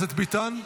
התשפ"ד 2024,